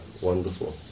wonderful